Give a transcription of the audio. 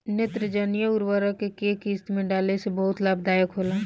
नेत्रजनीय उर्वरक के केय किस्त में डाले से बहुत लाभदायक होला?